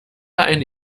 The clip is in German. eine